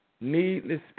needless